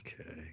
Okay